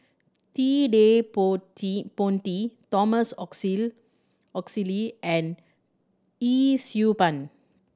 Ted De Ponti Thomas Oxley and Yee Siew Pun